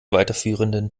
weiterführenden